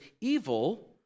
evil